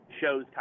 shows